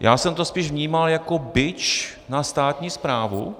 Já jsem to spíš vnímal jako bič na státní správu,